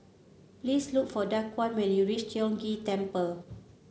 please look for Daquan when you reach Tiong Ghee Temple